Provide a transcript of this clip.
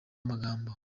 amagambo